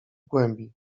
głębi